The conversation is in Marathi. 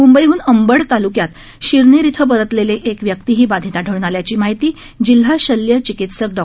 मुंबईहन अंबड तालुक्यात शिरनेर इथ परतलेली एक व्यक्तीही बाधित आढळून आल्याची माहिती जिल्हा शल्य चिकित्सक डॉ